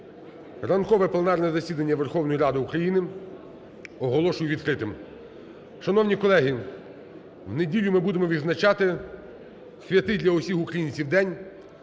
Ранкове пленарне засідання Верховної Ради України оголошую відкритим. Шановні колеги, в неділю ми будемо відзначати святий для всіх українців день